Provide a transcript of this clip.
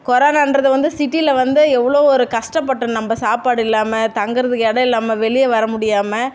கொரோனான்றது வந்து சிட்டியில வந்து எவ்வளோ ஒரு கஷ்டப்பட்டோம் நம்ம சாப்பாடு இல்லாமல் தங்குகிறதுக்கு இடம் இல்லாமல் வெளியே வர முடியாமல்